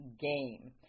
game